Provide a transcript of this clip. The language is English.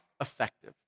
effective